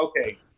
okay